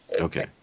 okay